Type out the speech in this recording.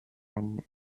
einen